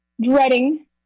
dreading